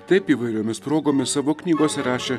taip įvairiomis progomis savo knygose rašė